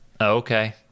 Okay